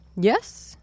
Yes